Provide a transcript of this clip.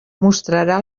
mostrarà